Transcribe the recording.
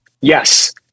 Yes